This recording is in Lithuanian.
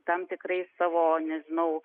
tam tikrais savo nežinau